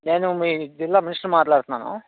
నేను మీ జిల్లా మినిస్టర్ మాట్లాడుతున్నాను